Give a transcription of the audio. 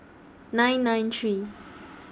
nine nine three